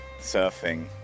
surfing